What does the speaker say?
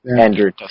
Andrew